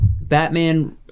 Batman